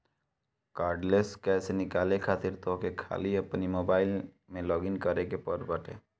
cardless cash निकाले खातिर तोहके खाली अपनी आई मोबाइलम में लॉगइन करे के पड़त बाटे